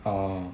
orh